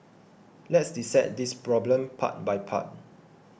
let's dissect this problem part by part